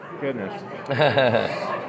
Goodness